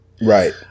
right